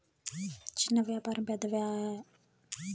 చిన్న వ్యాపారం పెద్ద యాపారం అయినా మూలధన ఆస్తులను కనుక్కోవచ్చు